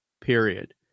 period